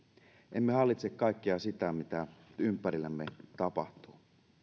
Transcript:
emme hallitse kaikkea sitä mitä ympärillämme tapahtuu